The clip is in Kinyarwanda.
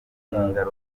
ingaruka